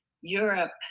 Europe